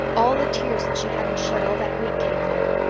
all the tears that she hadn't shed all that week came then.